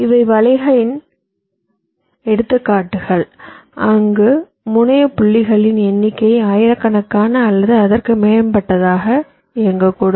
இவை வலைகளின் எடுத்துக்காட்டுகள் அங்கு முனைய புள்ளிகளின் எண்ணிக்கை ஆயிரக்கணக்கான அல்லது அதற்கு மேற்பட்டதாக இயங்கக்கூடும்